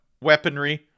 weaponry